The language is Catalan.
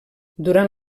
durant